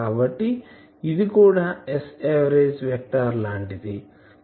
కాబట్టి ఇది కూడా Saverage వెక్టార్ లాంటిదే